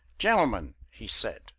gentlemen, he said,